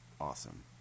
Awesome